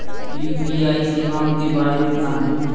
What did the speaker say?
UPI सेवाओं के बारे में बताएँ?